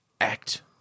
act